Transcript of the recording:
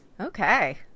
Okay